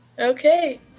Okay